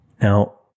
Now